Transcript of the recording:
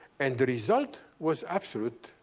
and the result was absolute,